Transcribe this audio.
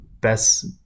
best